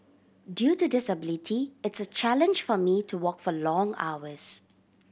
due to disability it's a challenge for me to walk for long hours